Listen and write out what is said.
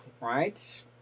Right